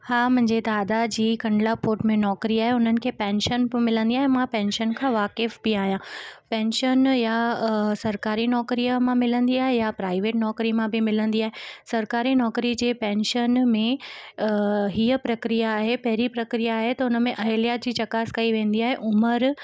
हा मुंहिंजे दादा जी कंडला पोट में नौकरी आहे उन्हनि खे पैंशन बि मिलंदी आहे मां पैंशन खां वाक़ुफ़ बि आहियां पैंशन या सरकारी नौकरीअ मां मिलंदी आहे या प्राइवेट नौकरी मां बि मिलंदी आहे सरकारी नौकरी जे पैंशन में हीअं प्रक्रिया आहे पहिरीं प्रक्रिया आहे त उन में अहिल्या जी चकास कई वेंदी आहे उमिरि